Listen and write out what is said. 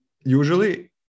usually